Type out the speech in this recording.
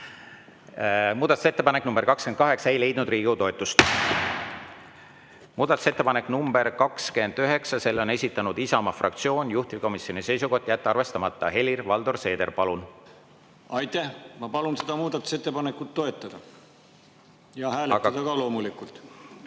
Muudatusettepanek nr 28 ei leidnud Riigikogu toetust. Muudatusettepanek nr 29, selle on esitanud Isamaa fraktsioon, juhtivkomisjoni seisukoht: jätta arvestamata. Helir-Valdor Seeder, palun! Aitäh! Ma palun seda muudatusettepanekut toetada ja hääletada ka loomulikult.